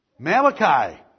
Malachi